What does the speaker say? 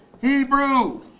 Hebrew